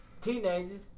Teenagers